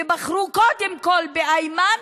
ובחרו קודם כול באיימן,